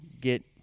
get